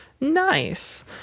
Nice